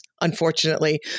unfortunately